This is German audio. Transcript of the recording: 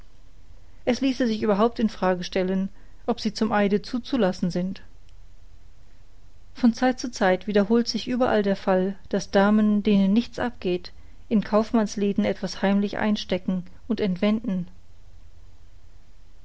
es ließe sich überhaupt in frage stellen ob sie zum eide zuzulassen sind von zeit zu zeit wiederholt sich überall der fall daß damen denen nichts abgeht in kaufmannsläden etwas heimlich einstecken und entwenden